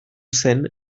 zen